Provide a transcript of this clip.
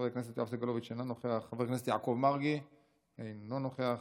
חבר הכנסת יואב סגלוביץ' אינו נוכח,